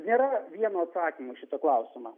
nėra vieno atsakymo į šitą klausimą